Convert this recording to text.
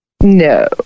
no